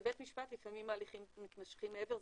בבית משפט לפעמים ההליכים מתמשכים מעבר לזה.